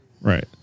right